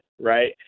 right